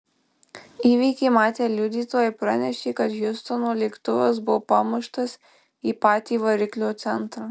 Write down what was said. įvykį matę liudytojai pranešė kad hjustono lėktuvas buvo pamuštas į patį variklio centrą